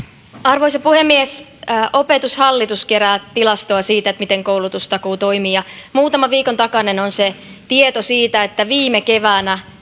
arvoisa puhemies opetushallitus kerää tilastoa siitä miten koulutustakuu toimii ja muutaman viikon takainen on se tieto että viime keväänä